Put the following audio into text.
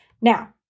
Now